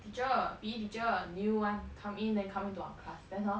teacher P_E teacher new [one] come in then come into our class then hor